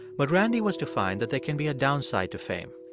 but randy was to find that there can be a downside to fame.